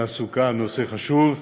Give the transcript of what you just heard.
זה נושא חשוב,